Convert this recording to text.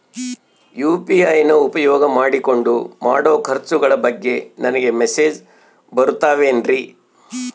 UPI ನ ಉಪಯೋಗ ಮಾಡಿಕೊಂಡು ಮಾಡೋ ಖರ್ಚುಗಳ ಬಗ್ಗೆ ನನಗೆ ಮೆಸೇಜ್ ಬರುತ್ತಾವೇನ್ರಿ?